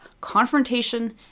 confrontation